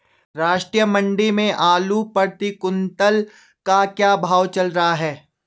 राष्ट्रीय मंडी में आलू प्रति कुन्तल का क्या भाव चल रहा है?